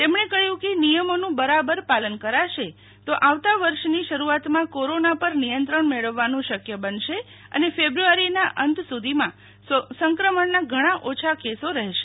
તેમણે કહ્યું કે નિયમોનું બરાબર પાલન કરાશે તો આવતા વર્ષની શરૂઆતમાં કોરોના પર નિયંત્રણ મેળવવાનું શક્ય બનશે અને ફેબ્રુઆરીના અંતે સુધીમાં સંક્રમણના ઘણાં ઓછો કેસો રહેશે